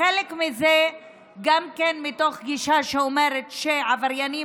וחלק מזה גם מתוך גישה שאומרת שעבריינים